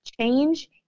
change